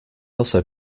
also